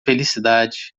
felicidade